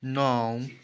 नौ